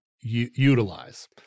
utilize